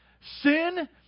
Sin